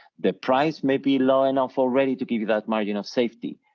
the price may be low enough already to give you that margin of safety,